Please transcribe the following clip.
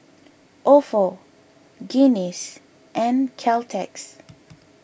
Ofo Guinness and Caltex